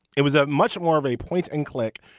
it was a much more of a point and click.